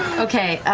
okay.